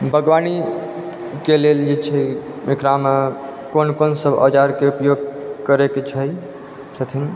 बागवानीके लेल जे छै एकरामे कोन कोन सब औजारके उपयोग करै के छै छथिन